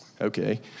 Okay